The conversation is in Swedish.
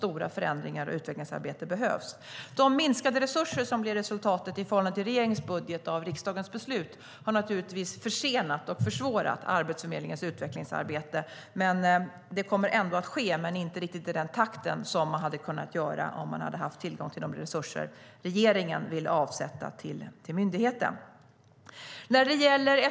Stora förändringar och utvecklingsarbete behövs. Minskningen av resurser i förhållande till regeringens budget som blir resultatet av riksdagens beslut har naturligtvis försenat och försvårat Arbetsförmedlingens utvecklingsarbete. Det kommer att ske ändå, men inte riktigt i den takt som man hade kunnat ha om man hade haft tillgång till de resurser regeringen vill avsätta till myndigheten.